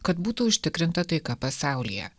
kad būtų užtikrinta taika pasaulyje